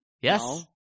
Yes